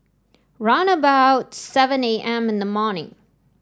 round about seven A M in the morning